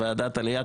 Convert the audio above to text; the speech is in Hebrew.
ועדת העלייה,